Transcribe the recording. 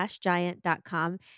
Giant.com